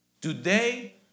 Today